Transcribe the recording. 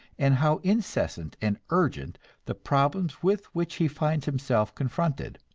and how incessant and urgent the problems with which he finds himself confronted.